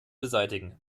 beseitigen